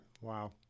wow